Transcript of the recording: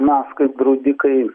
mes kaip draudikai